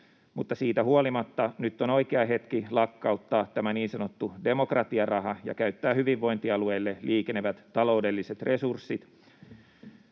mutta siitä huolimatta nyt on oikea hetki lakkauttaa tämä niin sanottu demokratiaraha ja käyttää hyvinvointialueille liikenevät taloudelliset resurssit